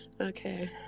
okay